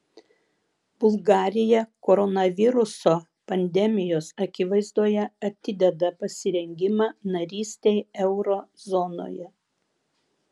bulgarija koronaviruso pandemijos akivaizdoje atideda pasirengimą narystei euro zonoje